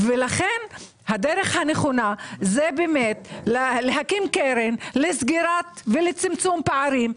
לכן הדרך הנכונה היא באמת להקים קרן לסגירת ולצמצום פערים.